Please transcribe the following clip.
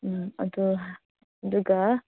ꯎꯝ ꯑꯗꯣ ꯑꯗꯨꯒ